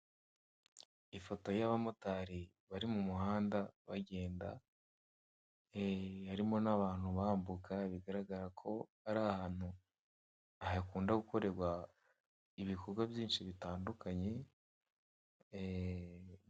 Ifoto y'abamotari bari mu muhanda bagenda, harimo n'abantu bambuka, bigaragara ko ari ahantu, hakunda gukorerwa ibikorwa byinshi bitandukanye.